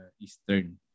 Eastern